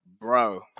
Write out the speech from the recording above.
Bro